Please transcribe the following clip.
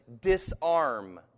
disarm